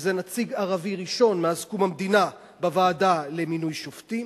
שהוא נציג ערבי ראשון מאז קום המדינה בוועדה למינוי שופטים,